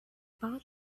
path